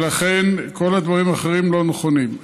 ולכן כל הדברים האחרים לא נכונים.